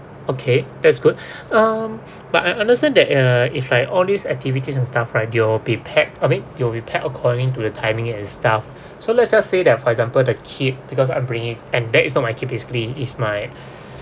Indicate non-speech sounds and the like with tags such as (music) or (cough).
okay that is good (breath) um but I understand that uh if like all these activities and stuff right you will be pack I mean you will be packed according to the timing and stuff so let just say that for example the kid because I'm bringing and that is not my kid basically is my